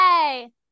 Yay